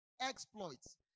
exploits